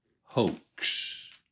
Hoax